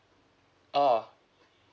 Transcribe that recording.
orh